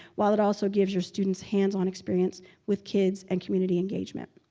while it also gives your students hands-on experience with kids and community engagement.